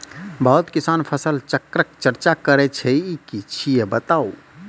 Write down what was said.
बहुत किसान फसल चक्रक चर्चा करै छै ई की छियै बताऊ?